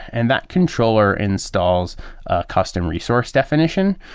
and that controller installs a custom resource definition,